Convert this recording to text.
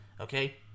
Okay